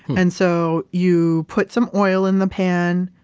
and so you put some oil in the pan,